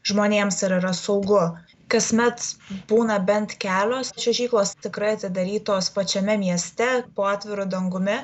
žmonėms ar yra saugu kasmet būna bent kelios čiuožyklos tikrai atidarytos pačiame mieste po atviru dangumi